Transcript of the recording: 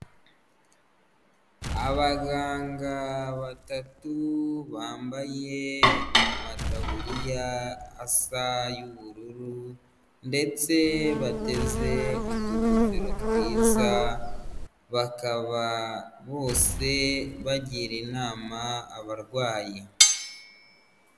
Abaganga batatu bambaye amataburiya asa, y'ubururu ndetse bateze utugofero twiza bakaba bose bagira inama abarwayi.